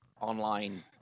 online